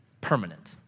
permanent